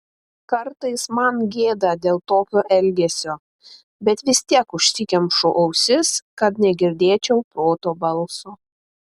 kartais man gėda dėl tokio elgesio bet vis tiek užsikemšu ausis kad negirdėčiau proto balso